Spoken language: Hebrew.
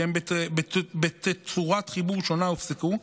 שהן בתצורת חיבור שונה, הופסקו.